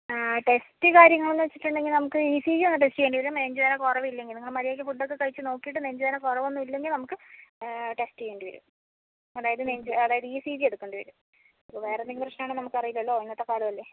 test കാര്യങ്ങൾ എന്ന് വെച്ചിട്ടുണ്ടെങ്കിൽ നമുക്ക് ഇ സി ജി ഒന്ന് ടെസ്റ്റ് ചെയ്യേണ്ടി വരും നെഞ്ചുവേദന കുറവില്ലെങ്കിൽ നിങ്ങൾ മര്യാദയ്ക്ക് ഫുഡൊക്കെ കഴിച്ചു നോക്കിയിട്ട് നെഞ്ചുവേദന കുറവൊന്നും ഇല്ലെങ്കിൽ നമുക്ക് ടെസ്റ്റ് ചെയ്യേണ്ടിവരും അതായത് നെഞ്ച് അതായത് ഇ സി ജി എടുക്കേണ്ടി വരും വേറെ എന്തെങ്കിലും പ്രശ്നമാണോന്ന് നമുക്കറിയില്ലല്ലോ ഇന്നത്തെ കാലമല്ലേ